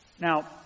Now